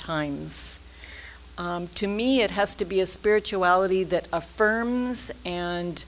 times to me it has to be a spirituality that affirms and